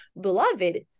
beloved